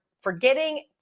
forgetting